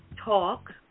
talk